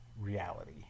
reality